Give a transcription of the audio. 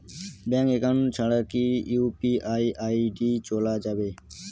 Bank account ছাড়া কি UPI ID চোলা যাবে?